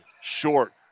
short